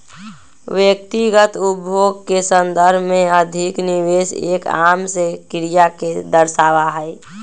व्यक्तिगत उपभोग के संदर्भ में अधिक निवेश एक आम से क्रिया के दर्शावा हई